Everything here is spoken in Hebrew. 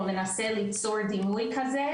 או מנסה ליצור דימוי כזה,